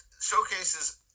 showcases